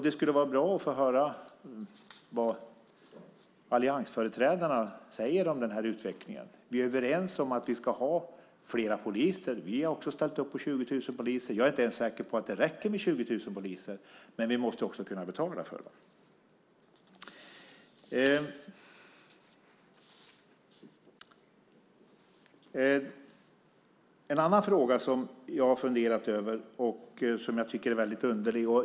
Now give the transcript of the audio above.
Det skulle vara bra att få höra vad alliansföreträdarna säger om den utvecklingen. Vi är överens om att vi ska ha fler poliser. Vi har ställt upp på 20 000 poliser, och jag är inte ens säker på att det räcker med det. Men vi måste också kunna betala för dem. Det finns en annan fråga som jag har funderat över och som jag tycker är underlig.